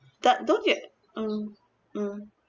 that don't yeah um mm